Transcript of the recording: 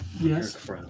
yes